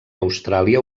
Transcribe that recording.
austràlia